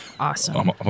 Awesome